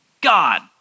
God